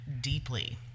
deeply